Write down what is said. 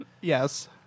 Yes